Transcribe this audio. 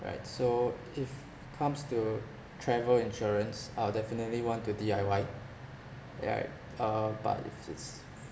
right so if comes to travel insurance I'll definitely want to D_I_Y yeah uh but if it's